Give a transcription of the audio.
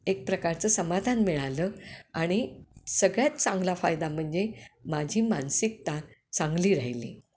एक प्रकारचं समाधान मिळालं आणि सगळ्यात चांगला फायदा म्हणजे माझी मानसिकता चांगली राहिली